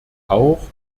auch